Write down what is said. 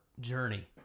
journey